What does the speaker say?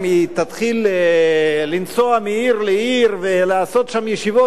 אם היא תתחיל לנסוע מעיר לעיר ולעשות שם ישיבות,